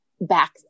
back